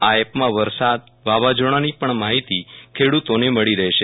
આ એપમાં વરસાદ વાવાઝોડાની પણ માહિતી ખેડૂતોને મળી રહેશે